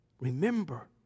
Remember